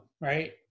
right